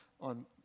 on